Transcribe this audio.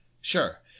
sure